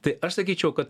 tai aš sakyčiau kad